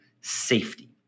safety